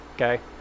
Okay